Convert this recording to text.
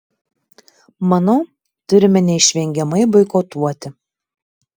manau turime neišvengiamai boikotuoti